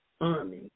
army